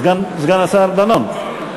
סגן השר דנון?